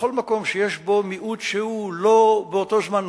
בכל מקום שיש בו מיעוט שהוא לא באותו זמן